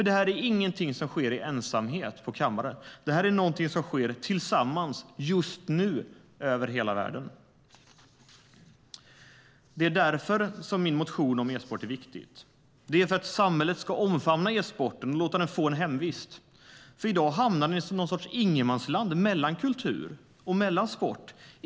Detta är ingenting som sker i ensamhet på kammaren; det är någonting som sker tillsammans och just nu över hela världen. Det är därför min motion om e-sport är så viktig - för att samhället ska omfamna e-sporten och låta den få en hemvist. I dag hamnar den i någon sorts ingenmansland mellan kultur och sport.